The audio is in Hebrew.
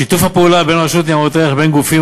שיתוף הפעולה בין רשות ניירות ערך לבין גופים